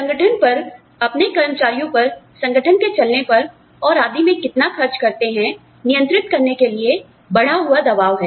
संगठन पर अपने कर्मचारियों पर संगठन के चलने पर और आदि में कितना खर्च करते हैं नियंत्रित करने के लिए बढ़ा हुआ दबाव है